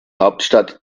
hauptstadt